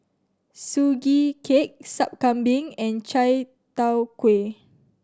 Sugee Cake Sup Kambing and Chai Tow Kuay